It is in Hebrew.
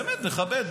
באמת מכבד,